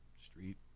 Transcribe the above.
Street